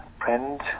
friend